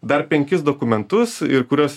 dar penkis dokumentus ir kuriuos